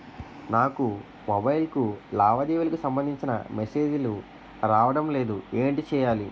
నాకు మొబైల్ కు లావాదేవీలకు సంబందించిన మేసేజిలు రావడం లేదు ఏంటి చేయాలి?